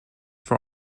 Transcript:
for